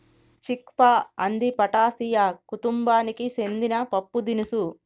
చిక్ పా అంది ఫాటాసియా కుతుంబానికి సెందిన పప్పుదినుసు